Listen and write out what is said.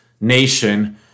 nation